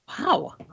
wow